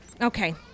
Okay